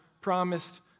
promised